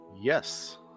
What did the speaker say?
Yes